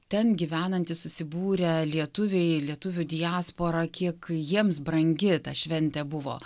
ten gyvenantys susibūrę lietuviai lietuvių diaspora kiek jiems brangi ta šventė buvo